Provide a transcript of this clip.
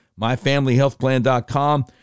MyFamilyHealthPlan.com